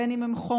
בין שעם חום,